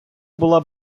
була